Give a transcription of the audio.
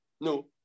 No